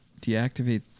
deactivate